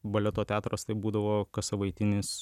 baleto teatras tai būdavo kassavaitinis